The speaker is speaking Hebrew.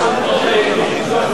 למשוך את